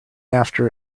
after